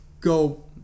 go